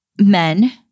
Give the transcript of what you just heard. men